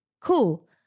cool